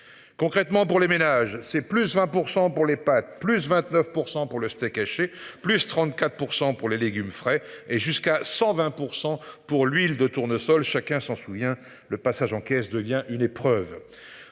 Concrètement pour les ménages, c'est plus 20% pour les pâtes. Plus 29% pour le steak haché, plus 34% pour les légumes frais et jusqu'à 120% pour l'huile de tournesol, chacun s'en souvient, le passage en caisse devient une épreuve.